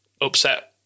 upset